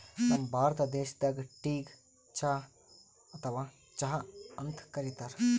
ನಮ್ ಭಾರತ ದೇಶದಾಗ್ ಟೀಗ್ ಚಾ ಅಥವಾ ಚಹಾ ಅಂತ್ ಕರಿತಾರ್